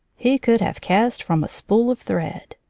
he could have cast from a spool of thread.